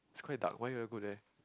it's quite dark why you all go there